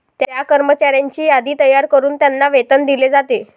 त्या कर्मचाऱ्यांची यादी तयार करून त्यांना वेतन दिले जाते